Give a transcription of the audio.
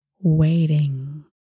waiting